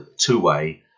two-way